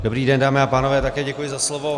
Dobrý den, dámy a pánové, také děkuji za slovo.